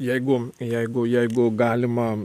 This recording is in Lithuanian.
jeigu jeigu jeigu galima